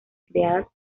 creadas